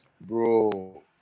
bro